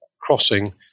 crossing